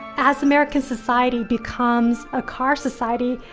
as american society becomes a car society,